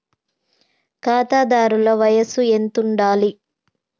ఖాతాదారుల వయసు ఎంతుండాలి?